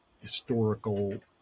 historical